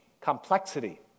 Complexity